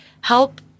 help